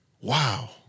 wow